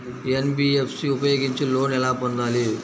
NBFC ఉపయోగించి loan ఎలా పొందాలి?